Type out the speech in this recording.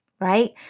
Right